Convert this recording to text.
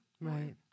right